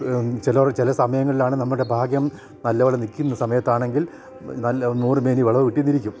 ചില ചില സമയങ്ങളിലാണ് നമ്മുടെ ഭാഗ്യം നല്ലപോലെ നിൽക്കുന്ന സമയത്താണെങ്കിൽ നല്ല നൂറ് മേനി വിളവ് കിട്ടി എന്നിരിക്കും